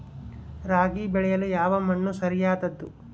ರಾಗಿ ಬೆಳೆಯಲು ಯಾವ ಮಣ್ಣು ಸರಿಯಾದದ್ದು?